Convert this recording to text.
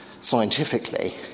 scientifically